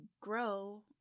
grow